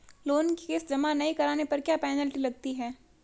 Loan की किश्त जमा नहीं कराने पर क्या पेनल्टी लगती है?